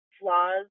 flaws